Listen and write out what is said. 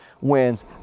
wins